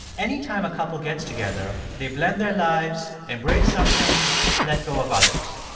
anytime a couple gets together, they blend their lives, embrace some things, let go of others.